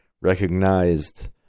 recognized